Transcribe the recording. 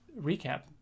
Recap